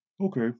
Okay